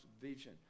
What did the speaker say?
vision